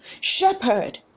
Shepherd